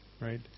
right